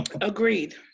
agreed